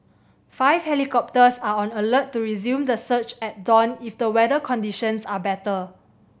five helicopters are on alert to resume the search at dawn if the weather conditions are better